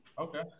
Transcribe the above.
Okay